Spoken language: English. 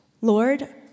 Lord